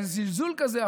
איזה זלזול כזה,